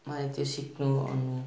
मलाई त्यो सिक्नु अनि